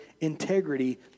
integrity